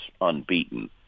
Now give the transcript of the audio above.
unbeaten